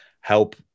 help